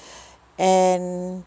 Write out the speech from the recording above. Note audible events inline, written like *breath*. *breath* and